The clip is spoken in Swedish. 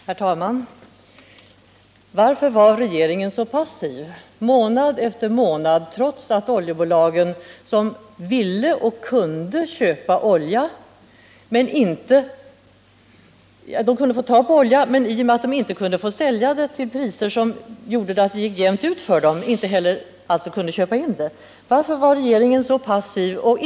Herr talman! Oljebolagen kunde ju få tag på olja, men de kunde inte köpa in någon, eftersom de inte fick sälja den till priser som gjorde att det gick jämnt ut för dem. Varför var regeringen då passiv i månad efter månad?